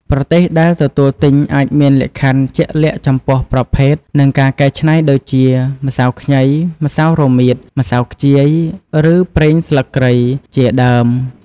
ប្រទេសដែលទទួលទិញអាចមានលក្ខខណ្ឌជាក់លាក់ចំពោះប្រភេទ និងការកែច្នៃដូចជា ម្សៅខ្ញី ម្សៅរមៀត ម្សៅខ្ជាយ ឬ ប្រេងស្លឹកគ្រៃ ជាដើម។